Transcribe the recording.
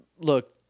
Look